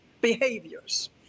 behaviors